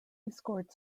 scored